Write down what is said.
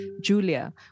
Julia